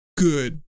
Good